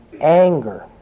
Anger